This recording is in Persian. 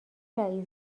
رئیس